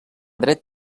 dret